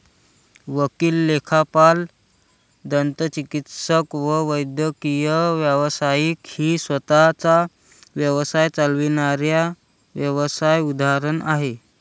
वकील, लेखापाल, दंतचिकित्सक व वैद्यकीय व्यावसायिक ही स्वतः चा व्यवसाय चालविणाऱ्या व्यावसाय उदाहरण आहे